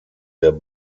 der